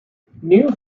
new